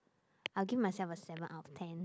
I'll give myself a seven out of ten